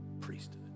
priesthood